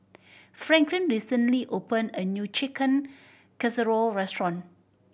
Franklin recently opened a new Chicken Casserole restaurant